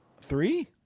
Three